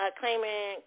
claiming